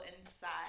inside